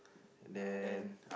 then